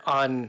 on